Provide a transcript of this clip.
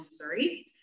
Missouri